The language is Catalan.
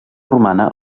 romana